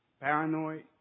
paranoid